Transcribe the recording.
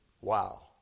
wow